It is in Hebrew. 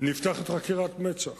נפתחת חקירת מצ"ח.